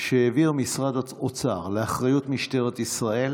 שהעביר משרד אוצר לאחריות משטרת ישראל